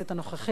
שקידמתי אותו,